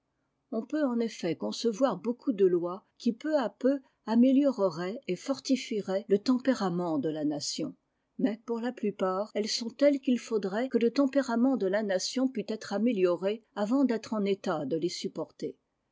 on peut en effet concevoir beaucoup de lois qui peu à peu amélioreraient et fortifieraient le tempérament delà nation mais pour la plupart elles sont telles qu'il faudrait que le tempérament de la natio at ntyt t t aérant fi'otr an f tat f r int c qu'il faudrait que le tempérament de la nation pût être amélioré avant d'être en état de les supporter